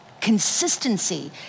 consistency